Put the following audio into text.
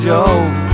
Joe